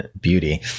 beauty